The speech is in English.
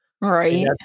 Right